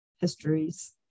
histories